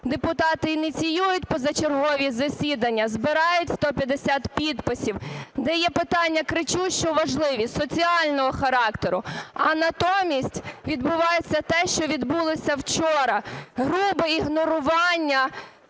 депутати ініціюють позачергові засідання, збирають 150 підписів, де є питання кричущо важливі, соціального характеру. А натомість відбувається те, що відбулося вчора: грубе ігнорування